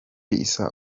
peace